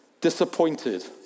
disappointed